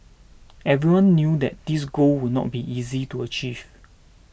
everyone knew that this goal would not be easy to achieve